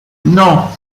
non